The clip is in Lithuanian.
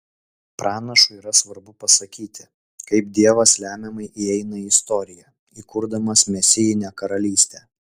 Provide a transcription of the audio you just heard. pranašui yra svarbu pasakyti kaip dievas lemiamai įeina į istoriją įkurdamas mesijinę karalystę